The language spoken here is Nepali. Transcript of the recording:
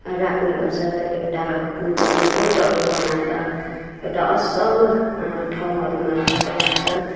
राख्ने गर्छ एउटा गोठहरू बनाएर एउटा असल ठाउँहरूमा राख्छ